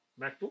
macbook